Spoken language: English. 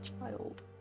Child